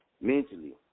Mentally